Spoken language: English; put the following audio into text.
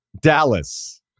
Dallas